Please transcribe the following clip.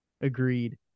Agreed